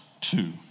two